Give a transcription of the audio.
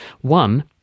one